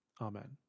Amen